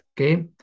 okay